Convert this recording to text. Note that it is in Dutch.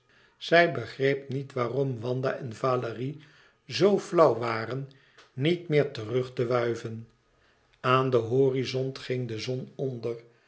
zij begreep niet waarom wanda en valérie zoo flauw waren niet meer terug te wuiven aan den horizont ging de zon onder